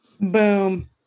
Boom